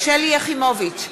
שלי יחימוביץ,